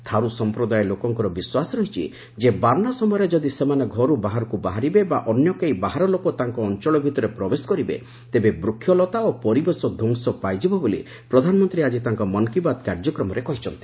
ଥାରୁ ସମ୍ପ୍ରଦାୟ ଲୋକଙ୍କର ବିଶ୍ୱାସ ରହିଛି ଯେ ବାର୍ଷ୍ଣା ସମୟରେ ଯଦି ସେମାନେ ଘରୁ ବାହାରକୁ ବାହାରିବେ ବା ଅନ୍ୟ କେହି ବାହାର ଲୋକ ତାଙ୍କ ଅଞ୍ଚଳ ଭିତରେ ପ୍ରବେଶ କରିବେ ତେବେ ବୃକ୍ଷଲତା ଓ ପରିବେଶ ଧ୍ୱଂସ ପାଇଯିବ ବୋଲି ପ୍ରଧାନମନ୍ତ୍ରୀ ଆଜି ତାଙ୍କ ମନ୍ କୀ ବାତ୍ କାର୍ଯ୍ୟକ୍ରମରେ କହିଚ୍ଛନ୍ତି